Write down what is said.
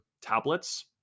tablets